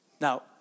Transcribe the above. Now